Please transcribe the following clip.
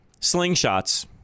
slingshots